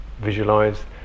visualize